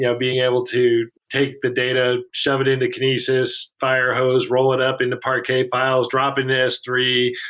you know being able to take the data, shove it into kinesis, fire hose, roll it up into parquet files. drop into s three.